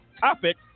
topic